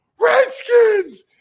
Redskins